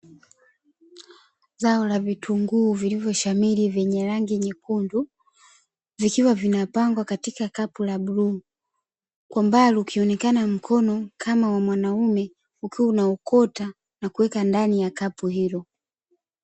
Zao la vitunguu vilivyoshamiri vyenye rangi nyekundu, vikiwa vinapangwa katika kapu la bluu, kwa mbali ukionekana mkono kama wa mwanaume, ukiwa unaokota na kupanga katika kapu hilo.